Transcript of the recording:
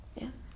Yes